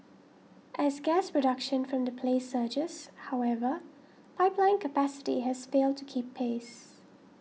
as gas production from the play surges however pipeline capacity has failed to keep pace